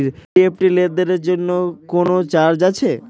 NEFT লেনদেনের জন্য কোন চার্জ আছে?